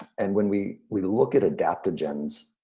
and when we we look at adaptogens,